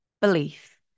belief